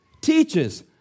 teaches